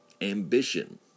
Ambition